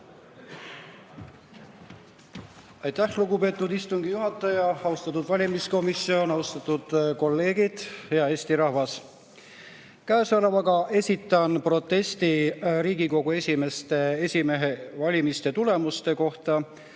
Aitäh, lugupeetud istungi juhataja! Austatud valimiskomisjon! Austatud kolleegid! Hea Eesti rahvas! Käesolevaga esitan protesti Riigikogu esimehe valimiste tulemuste kohta,